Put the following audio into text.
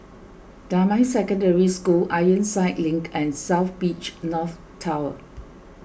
Damai Secondary School Ironside Link and South Beach North Tower